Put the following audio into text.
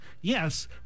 yes